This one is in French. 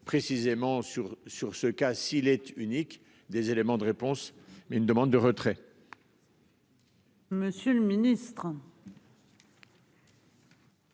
précisément sur sur ce cas si les unique des éléments de réponse, mais une demande de retrait.--